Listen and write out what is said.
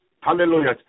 Hallelujah